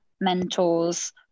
mentors